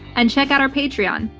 and check out our patreon.